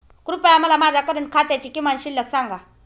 कृपया मला माझ्या करंट खात्याची किमान शिल्लक सांगा